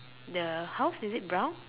the house is it brown